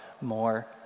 more